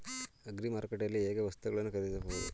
Agri ಮಾರುಕಟ್ಟೆಯಲ್ಲಿ ಹೇಗೆ ವಸ್ತುಗಳನ್ನು ಖರೀದಿಸಬಹುದು?